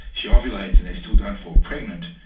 she ovulates, and they still don't fall pregnant.